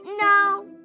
No